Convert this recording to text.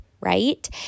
right